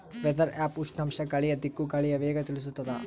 weather app ಉಷ್ಣಾಂಶ ಗಾಳಿಯ ದಿಕ್ಕು ಗಾಳಿಯ ವೇಗ ತಿಳಿಸುತಾದ